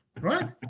Right